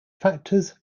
factors